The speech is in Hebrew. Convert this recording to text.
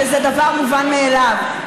שזה דבר מובן מאליו,